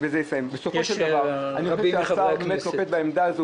בסופו של דבר אני חושב שהשר באמת נוקט בעמדה הזו